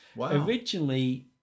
Originally